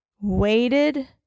waited